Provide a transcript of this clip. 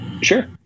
sure